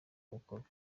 ukorwa